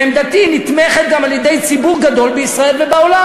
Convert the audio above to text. ועמדתי נתמכת גם על-ידי ציבור גדול בישראל ובעולם.